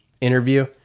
interview